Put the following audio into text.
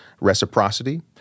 reciprocity